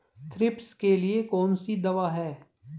Thrips के लिए कौन सी दवा है?